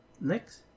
next